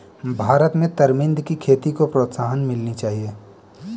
भारत में तरमिंद की खेती को प्रोत्साहन मिलनी चाहिए